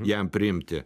jam priimti